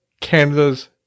Canada's